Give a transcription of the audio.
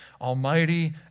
Almighty